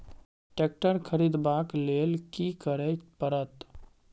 Tractor खरीदबाक लेल की करय परत?